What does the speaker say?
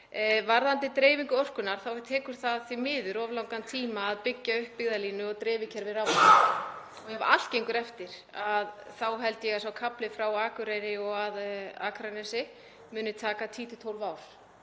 Varðandi dreifingu orkunnar þá tekur því miður of langan tíma að byggja upp byggðalínu og dreifikerfi raforku. Ef allt gengur eftir held ég að kaflinn frá Akureyri að Akranesi muni taka 10–12 ár,